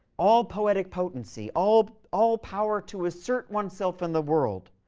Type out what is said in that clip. all poetic potency, all all power to assert oneself in the world,